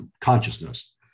consciousness